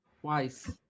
twice